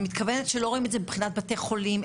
אני מתכוונת שלא רואים את זה מבחינת בתי חולים.